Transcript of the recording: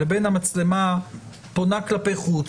לבין המצלמה שפונה כלפי חוץ,